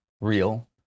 real